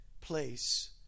place